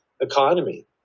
economy